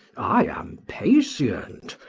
i am patient.